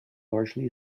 largely